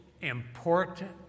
important